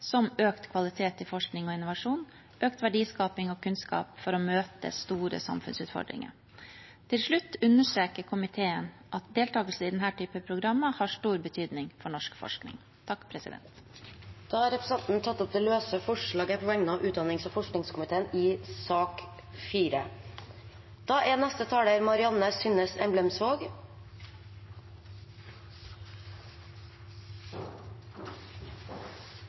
som økt kvalitet i forskning og innovasjon, økt verdiskaping og kunnskap for å møte store samfunnsutfordringer. Til slutt understreker komiteen at deltakelse i denne type programmer har stor betydning for norsk forskning. Da har representanten Nina Sandberg tatt opp det løse forslaget fra utdannings- og forskningskomiteen i sak nr. 4. Jeg er